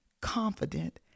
confident